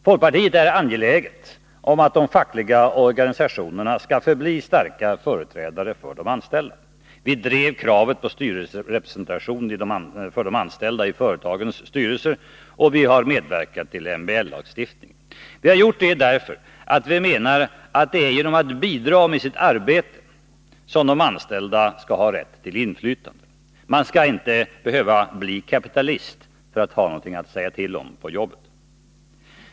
Folkpartiet är angeläget om att de fackliga organisationerna skall förbli starka företrädare för de anställda. Vi drev kravet på styrelserepresentation för de anställda i företagens styrelser, och vi har medverkat till MBL lagstiftningen. Vi har gjort det därför att vi menar att det är genom att bidra med sitt arbete som de anställda har rätt till inflytande. Man skall inte behöva bli kapitalist för att få någonting att säga till om på jobbet.